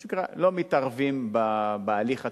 מה שנקרא, לא מתערבים בהליך עצמו.